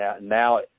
now